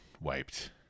wiped